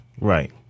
Right